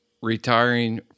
Retiring